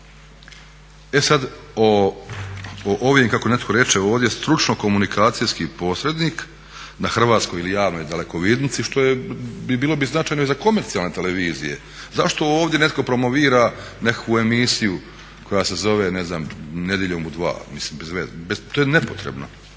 E sad o ovim, kako netko reče ovdje, stručno komunikacijski posrednih na hrvatskoj ili javnoj dalekovidnici što bi bilo značajno i za komercijalne televizije, zašto ovdje netko promovira nekakvu emisiju koja se zove ne znam Nedjeljom u 2, mislim bezveze, to je nepotrebno.